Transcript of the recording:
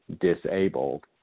disabled